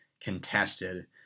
contested